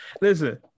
Listen